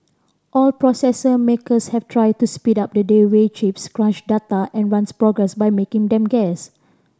all processor makers have tried to speed up the day way chips crunch data and runs programs by making them guess